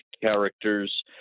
characters